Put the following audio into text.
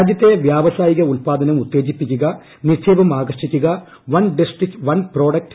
രാജ്യത്തെ വ്യാവസായിക ഉൽ പാദനം ഉത്തേജിപ്പിക്കുകനിക്ഷേപം ആകർഷിക്കുക one district one product O